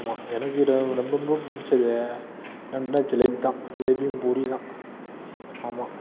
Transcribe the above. ஆமாம் எனக்கு ரொம்ப ரொம்ப பிடிச்சது என்னதுனா ஜிலேபி தான் ஜிலேபியும் பூரியும் தான் ஆமாம்